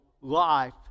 life